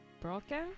broken